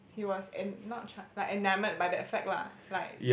he was and not t~ like and enamoured by that fact lah like